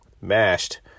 mashed